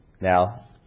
Now